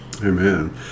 Amen